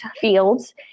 fields